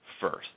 first